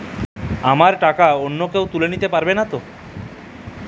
আমার টাকা অন্য কেউ তুলে নিতে পারবে নাতো?